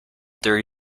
there